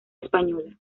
española